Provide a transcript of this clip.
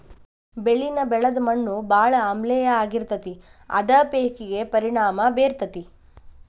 ಬೆಳಿನ ಬೆಳದ ಮಣ್ಣು ಬಾಳ ಆಮ್ಲೇಯ ಆಗಿರತತಿ ಅದ ಪೇಕಿಗೆ ಪರಿಣಾಮಾ ಬೇರತತಿ